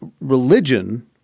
religion